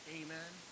amen